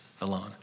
alone